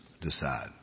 decide